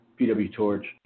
pwtorch